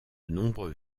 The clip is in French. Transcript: nombreux